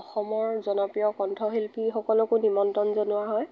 অসমৰ জনপ্ৰিয় কণ্ঠশিল্পীসকলকো নিমন্ত্ৰণ জনোৱা হয়